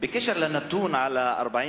בקשר לנתון של ה-40%,